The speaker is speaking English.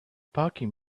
parking